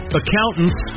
accountants